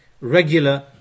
regular